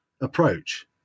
approach